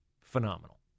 phenomenal